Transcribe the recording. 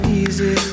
easy